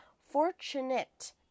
fortunate